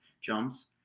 Jumps